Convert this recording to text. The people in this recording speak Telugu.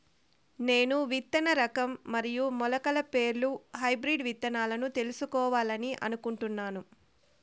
నేను విత్తన రకం మరియు మొలకల పేర్లు హైబ్రిడ్ విత్తనాలను తెలుసుకోవాలని అనుకుంటున్నాను?